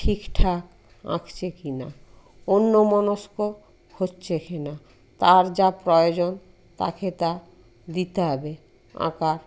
ঠিকঠাক আঁকছে কিনা অন্যমনস্ক হচ্চে কি না তার যা প্রয়োজন তাকে তা দিতে হবে আঁকা